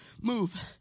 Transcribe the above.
move